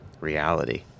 reality